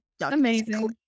amazing